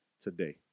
today